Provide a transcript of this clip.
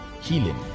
healing